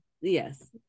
yes